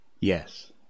Yes